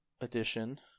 edition